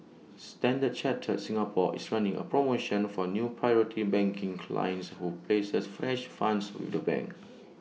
standard chartered Singapore is running A promotion for new priority banking clients who places fresh funds with the bank